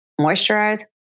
moisturize